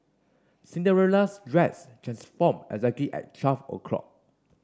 Cinderella's dress transformed exactly at twelve o'clock